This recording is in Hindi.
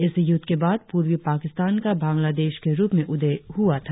इस युद्ध के बाद पूर्वी पाकिस्तान का बंगलादेश के रुप में उदय हुआ था